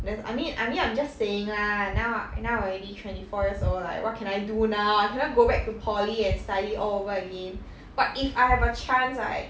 there's I mean I mean I'm just saying lah now I now already twenty four years old like what can I do now I cannot go back to poly and study all over again but if I have a chance right